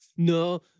No